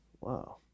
wow